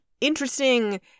interesting